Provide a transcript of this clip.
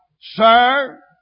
Sir